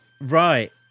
Right